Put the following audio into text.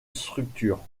structure